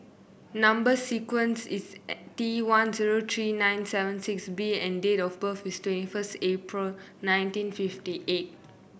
number sequence is T one zero three two nine seven six B and date of birth is twenty first April nineteen fifty eight